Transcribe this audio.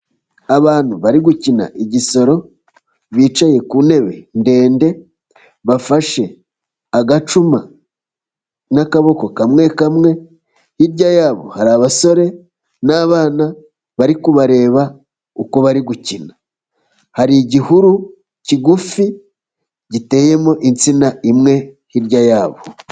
Abantu bari gukina igisoro, bicaye ku ntebe ndende, bafashe agacuma n'akaboko kamwekamwe, hirya yabo hari abasore n'abana, bari kubareba uko bari gukina. Hari igihuru kigufi, giteyemo insina imwe hirya yabo.